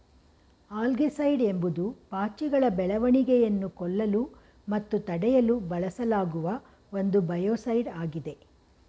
algaecide ಎಂಬುದು ಪಾಚಿಗಳ ಬೆಳವಣಿಗೆಯನ್ನು ಕೊಲ್ಲಲು ಮತ್ತು ತಡೆಯಲು ಬಳಸಲಾಗುವ ಒಂದು ಬಯೋಸೈಡ್ ಆಗಿದೆ